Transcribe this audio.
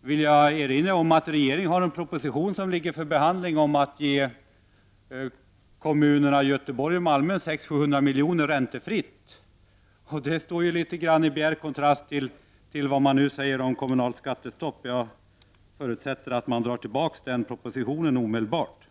vill jag erinra om att det finns en proposition som ligger för behandling om att ge kommunerna Göteborg och Malmö 600-700 miljoner räntefritt. Det står i bjärt kontrast till vad som nu sägs om kommunalt skattestopp. Jag förutsätter att regeringen drar tillbaka den propositionen omedelbart.